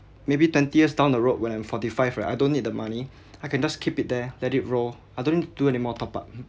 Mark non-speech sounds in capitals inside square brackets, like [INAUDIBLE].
maybe twenty years down the road when I'm forty five right I don't need the money I can just keep it there let it grow I don't need to do any more top up [NOISE]